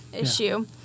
issue